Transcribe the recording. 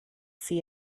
see